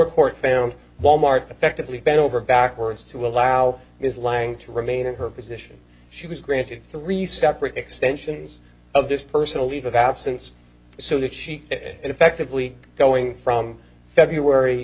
court found wal mart affectively bend over backwards to allow ms lang to remain in her position she was granted three separate extensions of this personal leave of absence so that she effectively going from february